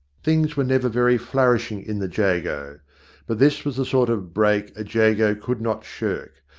things were never very flourishing in the jago. but this was the sort of break a jago could not shirk,